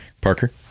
Parker